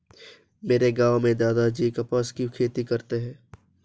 मेरे गांव में दादाजी कपास की खेती करते हैं